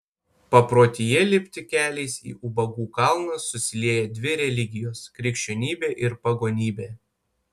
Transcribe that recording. paprotyje lipti keliais į ubagų kalną susilieja dvi religijos krikščionybė ir pagonybė